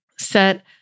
set